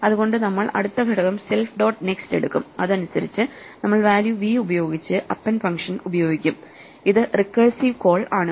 അതുകൊണ്ട് നമ്മൾ അടുത്ത ഘടകം സെൽഫ് ഡോട്ട് നെക്സ്റ്റ് എടുക്കും അതനുസരിച്ചു നമ്മൾ വാല്യൂ വി ഉപയോഗിച്ച് അപ്പെൻഡ് ഫങ്ഷൻ ഉപയോഗിക്കും ഇത് റിക്കേഴ്സീവ് കോൾ ആണ്